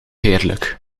heerlijk